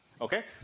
Okay